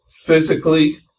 physically